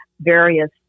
various